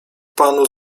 panu